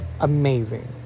amazing